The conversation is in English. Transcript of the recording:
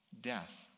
death